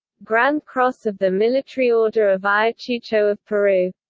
grand cross of the military order of ayacucho of peru